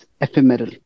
ephemeral